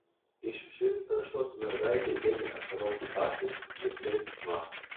iš širdperšos mergaitei ėmė ašaroti akys virpėti smakras